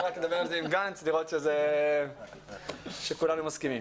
רק נדבר על זה עם גנץ לראות שכולנו מסכימים...